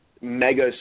mega